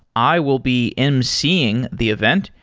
i will be emceeing the event,